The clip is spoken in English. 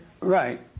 Right